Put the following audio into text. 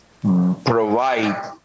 provide